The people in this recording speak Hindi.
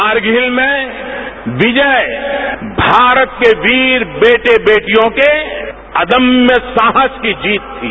करगिल में विजय भारत के वीर बेटे बेटियों के अदम्य साहस की जीत थी